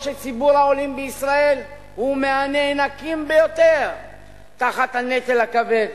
אף שציבור העולים בישראל הוא מהנאנקים ביותר תחת הנטל הכבד